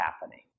happening